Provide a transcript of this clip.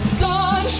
sun